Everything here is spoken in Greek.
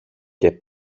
και